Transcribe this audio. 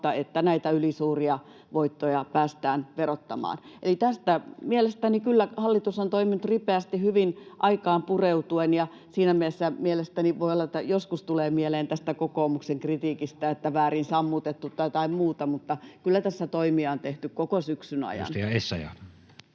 että näitä ylisuuria voittoja päästään verottamaan. Eli tässä mielestäni kyllä hallitus on toiminut ripeästi hyvin aikaan pureutuen, ja siinä mielessä voi olla, että joskus tulee mieleen tästä kokoomuksen kritiikistä, että väärin sammutettu tai jotain muuta. Kyllä tässä toimia on tehty koko syksyn ajan. Edustaja Essayah.